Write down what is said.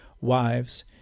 Wives